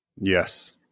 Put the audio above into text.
Yes